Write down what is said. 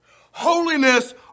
Holiness